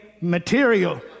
material